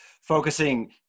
focusing